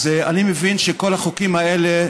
אז אני מבין שכל החוקים האלה,